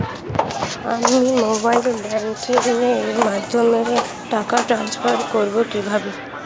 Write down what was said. আমি mobile banking এর মাধ্যমে টাকা টান্সফার করব কিভাবে?